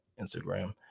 Instagram